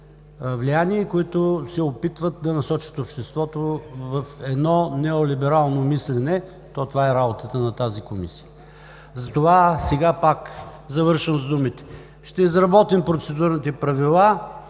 влияние, които се опитват да насочат обществото в едно неолиберално мислене, то това е работата на тази Комисия. Затова сега завършвам с думите: ще изработим процедурните правила,